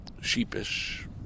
sheepish